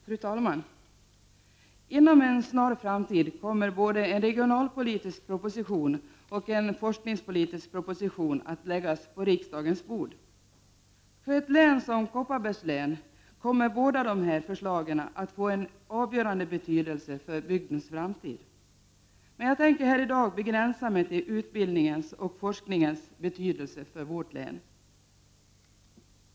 Fru talman! Inom en snar framtid kommer både en regionalpolitisk proposition och en forskningspolitisk proposition att läggas på riksdagens bord. För ett län som Kopparbergs län kommer båda dessa att få en avgörande betydelse när det gäller bygdens framtid. Jag tänker här i dag begränsa mig till att beröra utbildningens och forskningens betydelse för vårt län.